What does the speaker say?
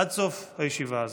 עד סוף הישיבה הזאת.